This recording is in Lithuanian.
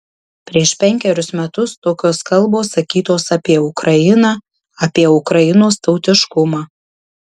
prieš penkerius metus tokios kalbos sakytos apie ukrainą apie ukrainos tautiškumą